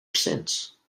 since